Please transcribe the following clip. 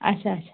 اَچھا اَچھا